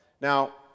Now